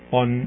on